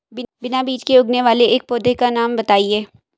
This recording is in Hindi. बिना बीज के उगने वाले एक पौधे का नाम बताइए